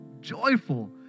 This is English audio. joyful